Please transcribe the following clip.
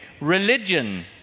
religion